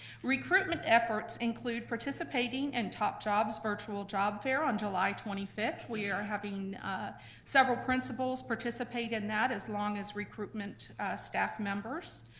recruitment efforts include participating and top jobs for virtual job fair on july twenty five. we are having several principals participate in that as long as recruitment staff members.